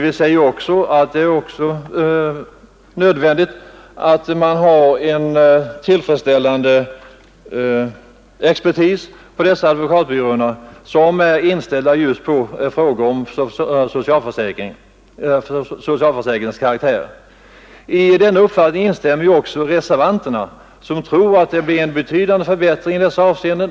Vi säger också att det är nödvändigt att man på dessa advokatbyråer har tillfredsställande expertis, som är inställd på frågor av socialförsäkringskaraktär. I denna uppfattning instämmer också reservanterna, som tror att reformen innebär en betydande förbättring i dessa avseenden.